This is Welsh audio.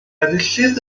enillydd